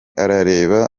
arareba